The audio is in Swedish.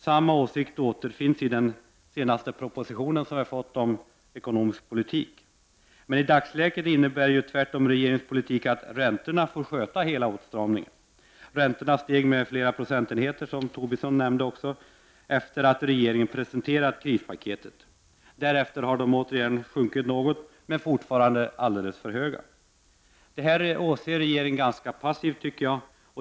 Samma åsikt återfinns i den senaste propositionen om ekonomisk politik. Men i dagsläget innebär tvärtom regeringens politik att räntorna får sköta hela åtstramningen. Räntorna steg, som Lars Tobisson nämnde, med flera procentenheter efter det att regeringen hade presenterat krispaketet. Därefter har de åter sjunkit något, men fortfarande är de alldeles för höga. Regeringen åser detta passivt.